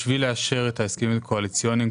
בשביל לאשר את ההסכמים הקואליציוניים,